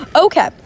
Okay